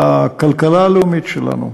לכלכלה הלאומית שלנו.